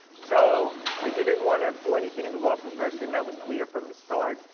so i didn't want to do anything in the law profession. that was clear from the start.